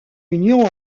union